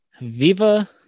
Viva